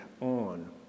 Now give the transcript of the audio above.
on